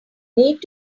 need